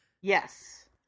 Yes